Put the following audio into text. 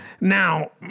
Now